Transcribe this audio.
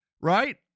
right